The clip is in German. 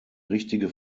richtige